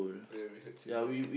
ya we had chendol